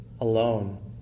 Alone